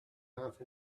half